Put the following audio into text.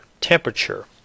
temperature